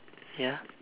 ya